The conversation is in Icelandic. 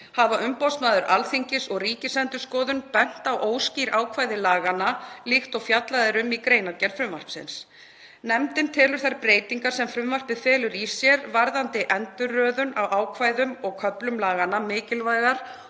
Hafa umboðsmaður Alþingis og Ríkisendurskoðun bent á óskýr ákvæði laganna líkt og fjallað er um í greinargerð frumvarpsins. Nefndin telur þær breytingar sem frumvarpið felur í sér varðandi endurröðun á ákvæðum og köflum laganna mikilvægar